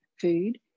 food